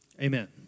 Amen